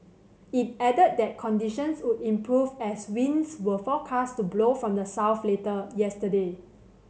it added that conditions would improve as winds were forecast to blow from the south later yesterday